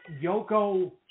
Yoko